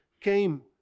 came